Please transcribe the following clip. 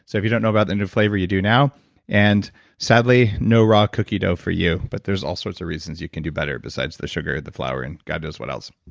so if you don't know about the new flavor you do now and sadly no raw cookie dough for you, but there's all sorts of reason you can do better besides the sugar, the flour, and god knows what else